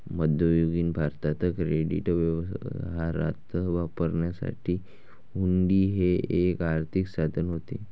मध्ययुगीन भारतात क्रेडिट व्यवहारात वापरण्यासाठी हुंडी हे एक आर्थिक साधन होते